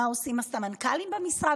מה עושים הסמנכ"לים במשרד?